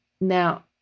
Now